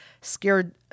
scared